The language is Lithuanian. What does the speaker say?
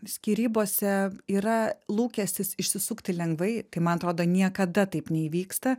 skyrybose yra lūkestis išsisukti lengvai tai man atrodo niekada taip neįvyksta